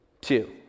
Two